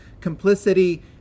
complicity